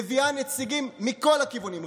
מביאה נציגים מכל הכיוונים.